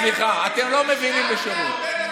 סליחה, אתם לא מבינים בשירות.